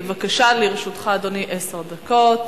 בבקשה, אדוני, לרשותך עשר דקות.